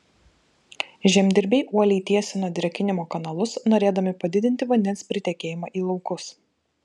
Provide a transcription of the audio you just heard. žemdirbiai uoliai tiesino drėkinimo kanalus norėdami padidinti vandens pritekėjimą į laukus